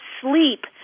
sleep